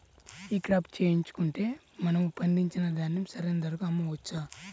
ఈ క్రాప చేయించుకుంటే మనము పండించిన ధాన్యం సరైన ధరకు అమ్మవచ్చా?